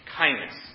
kindness